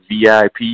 VIP